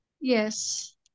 Yes